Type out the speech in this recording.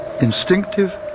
Instinctive